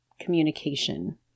communication